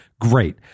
Great